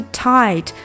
tight